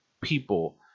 people